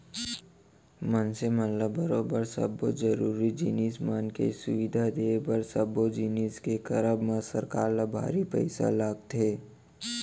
मनसे मन ल बरोबर सब्बो जरुरी जिनिस मन के सुबिधा देय बर सब्बो जिनिस के करब म सरकार ल भारी पइसा लगथे